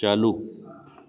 चालू